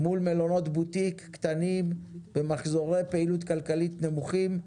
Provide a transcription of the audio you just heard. ובין מלונות בוטיק קטנים במחזורי פעילות כלכלית נמוכים.